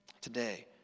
today